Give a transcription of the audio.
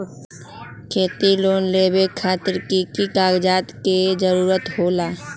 खेती लोन लेबे खातिर की की कागजात के जरूरत होला?